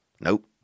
Nope